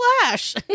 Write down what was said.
Flash